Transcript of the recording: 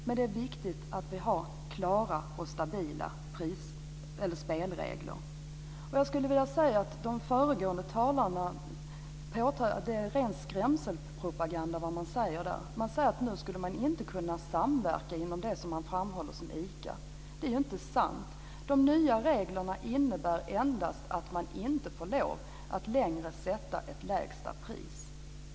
Men det är viktigt att vi har klara och stabila spelregler. De föregående talarna har ägnat sig åt ren skrämselpropaganda. De har sagt att det inte skulle gå att samverka inom det som framhålls som ICA. Det är inte sant. De nya reglerna innebär endast att man inte längre får lov att sätta ett lägsta pris.